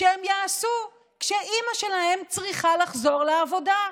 יעשו כשאימא שלהם צריכה לחזור לעבודה?